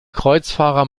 kreuzfahrer